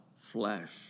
flesh